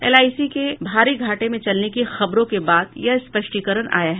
LIC के भारी घाटे में चलने की खबरों के बाद यह स्पष्टीकरण आया है